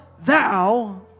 Thou